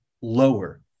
lower